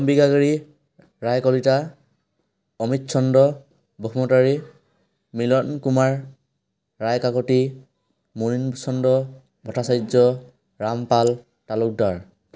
Ambikagiri Roy Kalita Amit Chandra Basumatary Milan Kumar Roy Kakati Munim Chandar Bhattacharya Ram Pal Talukdar